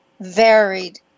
varied